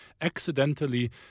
accidentally